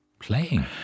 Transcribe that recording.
Playing